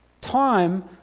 time